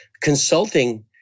consulting